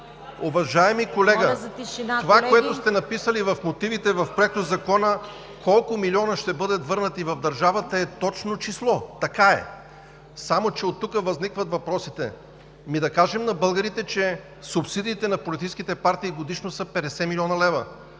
Уважаеми колега, това, което сте написали в мотивите към Проектозакона – колко милиона ще бъдат върнати в държавата, е точно число. Така е. Само че оттук възникват въпросите: да кажем на българите, че субсидиите на политическите партии годишно са 50 млн. лв.